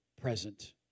present